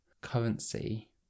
currency